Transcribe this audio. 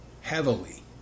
heavily